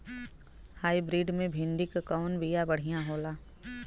Hybrid मे भिंडी क कवन बिया बढ़ियां होला?